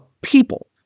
people